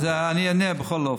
אני אענה בכל אופן.